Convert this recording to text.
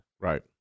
Right